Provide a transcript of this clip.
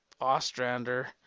Ostrander